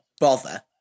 bother